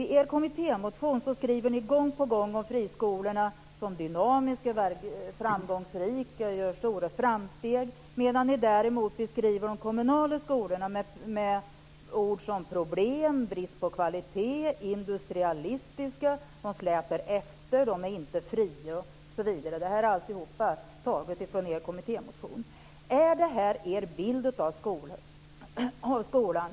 I er kommittémotion skriver ni gång på gång om friskolorna som dynamiska och framgångsrika och framhåller att de gör stora framsteg, medan ni däremot beskriver de kommunala skolorna med ord som "problem", "brist på kvalitet" och "industrialistiska". De släpar efter, de är inte fria osv. Allt detta är hämtat ur er kommittémotion. Är det här er bild av skolan?